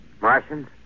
Martians